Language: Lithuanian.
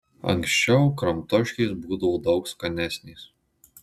anksčiau kramtoškės būdavo daug skanesnės